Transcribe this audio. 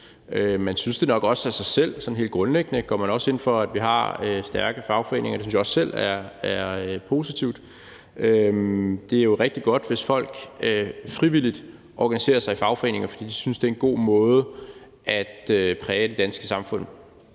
Man synes det nok også i sig selv. Sådan helt grundlæggende går man også ind for, at vi har stærke fagforeninger, og det synes jeg også selv er positivt. Det er jo rigtig godt, hvis folk frivilligt organiserer sig i fagforeninger, fordi de synes, det er en god måde at præge det danske samfund